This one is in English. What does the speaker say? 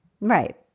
Right